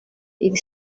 iri